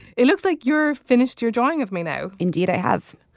it looks like you're finished your drawing of me now. indeed i have.